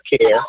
care